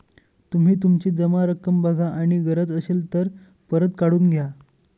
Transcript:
तुम्ही तुमची जमा रक्कम बघा आणि गरज असेल तर परत काढून घ्या